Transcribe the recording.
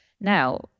Now